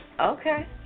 Okay